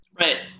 right